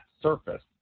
surface